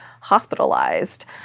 hospitalized